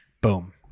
boom